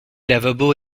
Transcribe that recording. lavabo